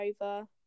over